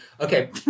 Okay